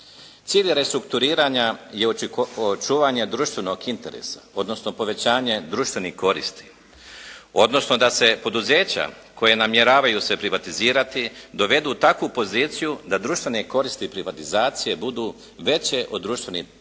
Cilj je restrukturiranja je očuvanje društvenog interesa odnosno povećanje društvenih koristi odnosno da se poduzeća koja namjeravaju se privatizirati dovedu u takvu poziciju da društvene koristi privatizacije budu veće od društvenih troškova